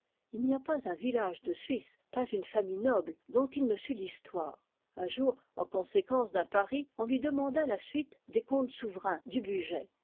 il n'y à pas un village de suisse pas une famille noble dont il ne sût l'histoire un jour en conséquence d'un pari on lui demanda la suite des comtes souverains du bugey